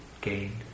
gain